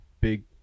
Big